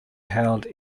held